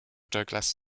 douglas